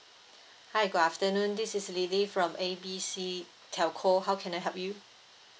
hi good afternoon this is lily from A B C telco how can I help you